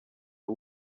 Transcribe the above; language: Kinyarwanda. rya